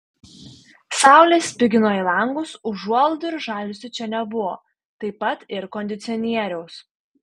saulė spigino į langus užuolaidų ir žaliuzių čia nebuvo taip pat ir kondicionieriaus